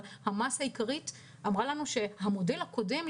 אבל המסה העיקרית אמרה לנו שהמודל הקודם,